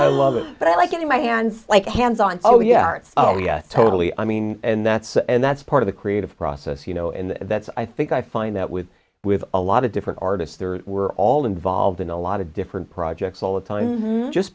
of it but i like it in my hands like hands on oh yeah art oh yeah totally i mean and that's and that's part of the creative process you know and that's i think i find that with with a lot of different artists we're all involved in a lot of different projects all the time just